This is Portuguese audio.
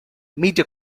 mídia